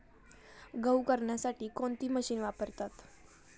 गहू करण्यासाठी कोणती मशीन वापरतात?